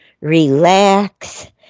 relax